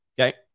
Okay